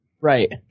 right